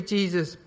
Jesus